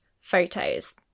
photos